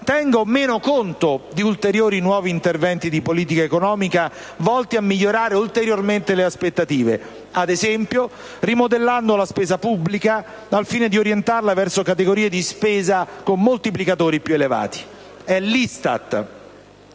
tenga o meno conto di ulteriori nuovi interventi di politica economica volti a migliorare ulteriormente le aspettative, ad esempio rimodellando la spesa pubblica al fine di orientarla verso categorie di spesa con moltiplicatori più elevati. È l'ISTAT,